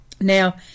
Now